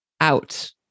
out